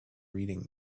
reading